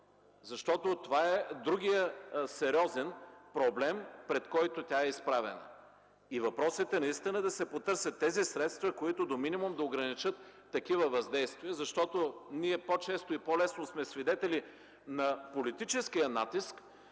защото това е другият сериозен проблем, пред който тя е изправена. Въпросът е да се потърсят именно тези средства, които до минимум да ограничат такива въздействия, защото ние по-често и по-лесно сме свидетели на политическия натиск,